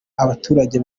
abaturage